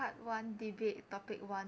part one debate topic one